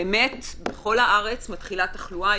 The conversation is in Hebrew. באמת בכל הארץ מתחילה תחלואה.